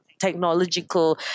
technological